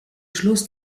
schluss